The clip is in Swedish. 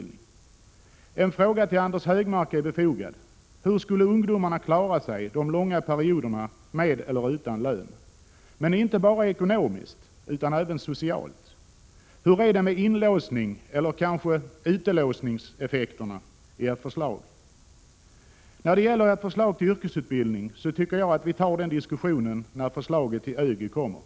Några frågor till Anders G Högmark är befogade: Hur skulle ungdomarna klara sig de långa perioderna med eller utan lön — inte bara ekonomiskt utan även socialt? Hur är det med inlåsningseller kanske utelåsningseffekterna i ert förslag? 57 När det gäller ert förslag till yrkesutbildning tycker jag att vi tar diskussionen härom när förslaget till ÖGY kommer.